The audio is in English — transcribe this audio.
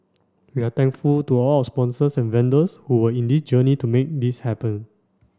we are thankful to all our sponsors and vendors who were in this journey to make this happen